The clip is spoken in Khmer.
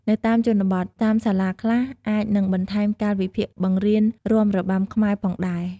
នៅតាមជនបទ តាមសាលាខ្លះអាចនឹងបន្ថែមកាលវិភាគបង្រៀនរាំរបាំខ្មែរផងដែរ។